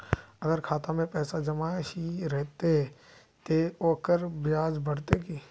अगर खाता में पैसा जमा ही रहते ते ओकर ब्याज बढ़ते की?